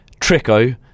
Trico